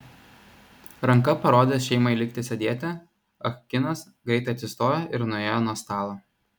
ranka parodęs šeimai likti sėdėti ah kinas greitai atsistojo ir nuėjo nuo stalo